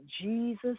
Jesus